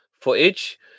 footage